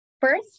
First